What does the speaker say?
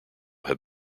have